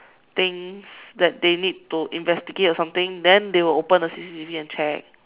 things that they need to investigate or something then they will open the C_C_T_V and check